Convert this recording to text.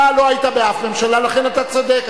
אתה לא היית בשום ממשלה, לכן אתה צודק.